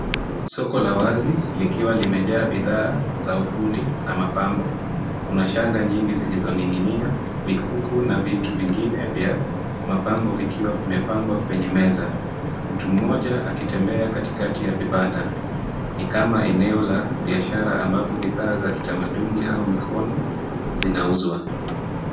Soko la wazi likiwa limejaa bidhaa za ufundi na mapambo. Kuna shanga nyingi zilizoning'inia, vikuku na vitu vingine vya mapambo vikiwa vimepangwa kwenye meza. Mtu mmoja akitembea katikati ya vibanda. Ni kama eneo la biashara ambapo bidhaa za kitamaduni au mikono zinauzwa.